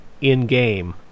in-game